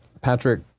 Patrick